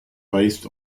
based